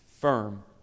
firm